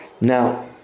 Now